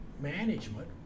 management